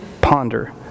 Ponder